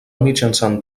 mitjançant